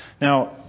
Now